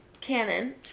canon